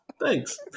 Thanks